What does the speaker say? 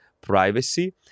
privacy